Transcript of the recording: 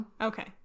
okay